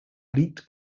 leaked